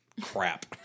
crap